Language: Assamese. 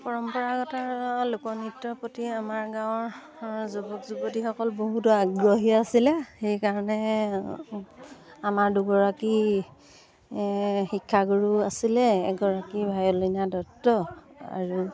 পৰম্পৰাগত আৰু লোকনৃত্যৰ প্ৰতি আমাৰ গাঁৱৰ যুৱক যুৱতীসকল বহুতো আগ্ৰহী আছিলে সেইকাৰণে আমাৰ দুগৰাকী শিক্ষাগুৰু আছিলে এগৰাকী ভায়লিনা দত্ত আৰু